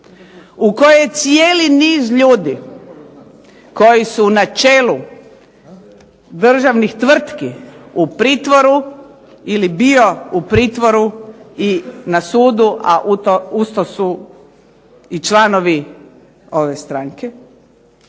u kojoj cijeli niz ljudi koji su na čelu državnih tvrtki u pritvoru, ili bio u pritvoru i na sudu, a uz to su i članovi ove stranke,